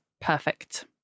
perfect